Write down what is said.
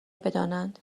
بدانند